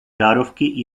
žárovky